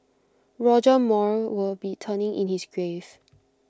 Roger Moore would be turning in his grave